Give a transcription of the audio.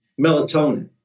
melatonin